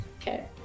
Okay